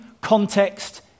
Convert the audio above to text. context